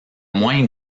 moins